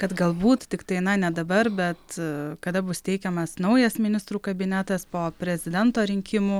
kad galbūt tiktai na ne dabar bet kada bus teikiamas naujas ministrų kabinetas po prezidento rinkimų